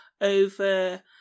over